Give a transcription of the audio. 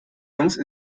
prince